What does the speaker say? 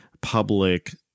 public